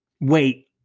Wait